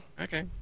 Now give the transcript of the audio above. okay